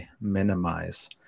minimize